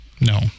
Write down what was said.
No